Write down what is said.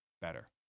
better